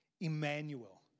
Emmanuel